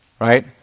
right